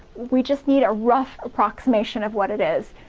we just need a rough approximation of what it is.